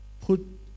put